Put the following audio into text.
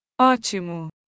Ótimo